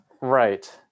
right